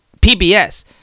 PBS